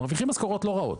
הם מרוויחים משכורות לא רעות,